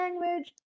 language